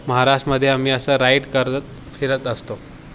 महाराष्ट्रमध्ये आम्ही असं राईड करत फिरत असतो